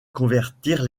convertir